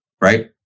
right